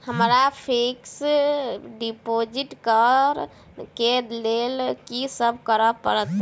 हमरा fix deposit करऽ केँ लेल की सब करऽ पड़त?